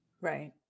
right